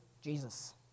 Jesus